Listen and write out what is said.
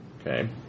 Okay